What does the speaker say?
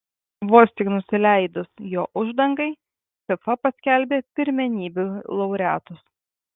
vos tik nusileidus jo uždangai fifa paskelbė pirmenybių laureatus